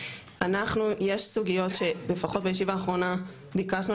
יש סוגיות שלפחות בישיבה האחרונה ביקשנו